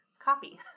copy